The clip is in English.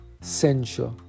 censure